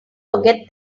forget